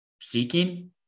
seeking